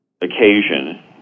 occasion